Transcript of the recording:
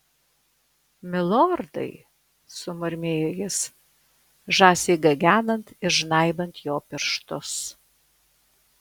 milordai sumurmėjo jis žąsiai gagenant ir žnaibant jo pirštus